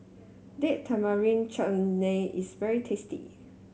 Date Tamarind Chutney is very tasty